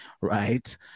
right